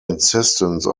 insistence